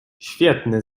świetny